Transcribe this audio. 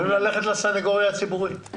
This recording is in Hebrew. יכלו ללכת לסנגוריה הציבורית.